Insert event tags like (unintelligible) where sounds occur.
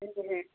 (unintelligible)